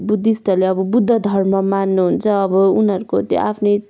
बुद्धिस्टहरूले अब बुद्ध धर्म मान्नुहुन्छ अब उनीहरूको त्यो आफ्नै